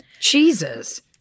Jesus